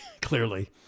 Clearly